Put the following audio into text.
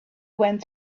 went